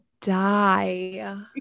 die